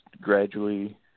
gradually